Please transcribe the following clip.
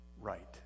right